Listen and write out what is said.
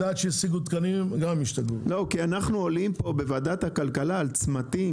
בוועדת הכלכלה אנחנו עולים על צמתים